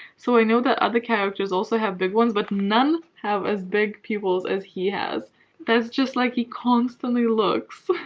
so, i know that other characters also have big ones, but none have as big pupils as he has that's just like, he constantly looks